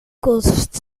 kost